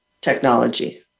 technology